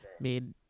made